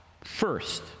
first